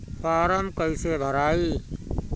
Form कईसे भराई?